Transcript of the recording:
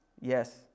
Yes